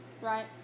Right